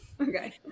Okay